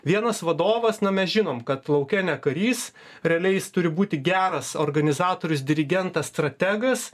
vienas vadovas na mes žinom kad lauke ne karys realiai jis turi būti geras organizatorius dirigentas strategas